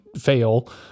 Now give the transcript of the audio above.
fail